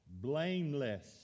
blameless